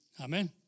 Amen